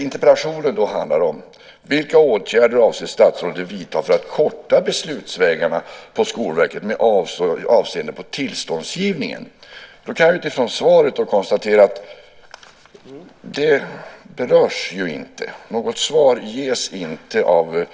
Interpellationen handlar om vilka åtgärder statsrådet avser att vidta för att korta beslutsvägarna på Skolverket med avseende på tillståndsgivningen. Av svaret kan jag konstatera att det inte berörs. Något svar ges inte av